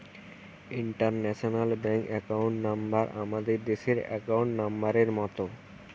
international bank account number আমাদের দেশের account নম্বরের মত